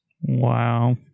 Wow